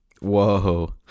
whoa